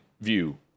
view